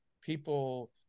people